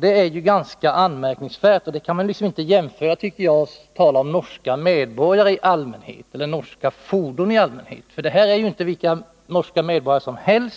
Det är ganska anmärkningsvärt. Man kan inte tala om norska medborgare eller norska fordon i allmänhet. Det är inte vilka norska medborgare eller